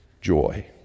joy